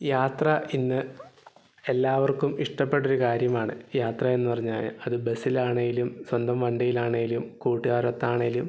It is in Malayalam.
യാത്ര ഇന്ന് എല്ലാവർക്കും ഇഷ്ടപ്പെട്ടൊരു കാര്യമാണ് യാത്ര എന്ന് പറഞ്ഞാല് അത് ബസ്സിലാണേലും സ്വന്തം വണ്ടിയിലാണേലും കൂട്ടുകാരൊത്താണേലും